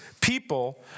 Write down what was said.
people